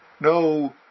no